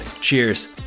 Cheers